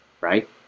right